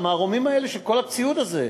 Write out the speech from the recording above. המערומים האלה של כל הציוד הזה,